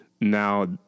Now